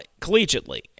collegiately